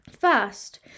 first